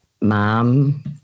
mom